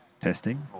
Testing